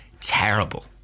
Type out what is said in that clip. terrible